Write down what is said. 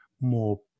more